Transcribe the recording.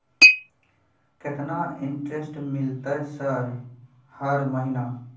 केतना इंटेरेस्ट मिलते सर हर महीना?